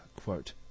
quote